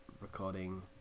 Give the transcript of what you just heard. recording